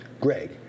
Greg